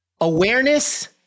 awareness